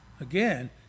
again